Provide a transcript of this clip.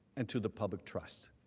and to the public trust.